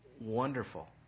wonderful